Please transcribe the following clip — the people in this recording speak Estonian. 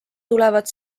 tulevad